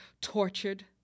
tortured